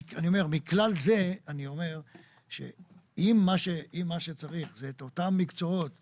מכלל זה אני אומר שאם מה שצריך זה את אותם מקצועות שחסרים,